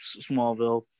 smallville